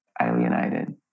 alienated